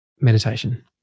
meditation